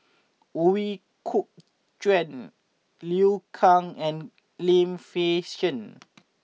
Ooi Kok Chuen Liu Kang and Lim Fei Shen